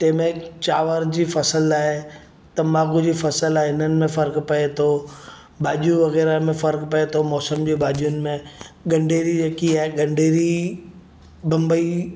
तंहिंमें चांवरनि जी फसल आहे तम्बाकू जी फसल आहे हिननि में फ़र्क़ु पए थो भाॼियूं वग़ैरह में फ़र्क़ु पए थो मौसम जूं भाॼियुनि में ॻंढेरी जेकी आहे ॻंढेरी बंबई